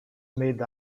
made